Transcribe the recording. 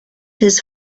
his